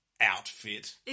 outfit